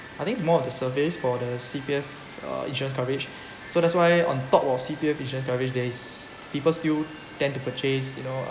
I think is more of the surface for the C_P_F uh insurance coverage so that's why on top of C_P_F insurance coverage there is people still tend to purchase you know